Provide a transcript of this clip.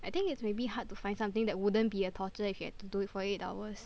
I think it's maybe hard to find something that wouldn't be a torture if you had to do it for eight hours